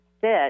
sit